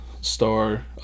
star